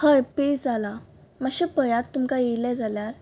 हय पे जालां मातशें पयात तुमकां येयले जाल्यार